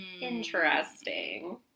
Interesting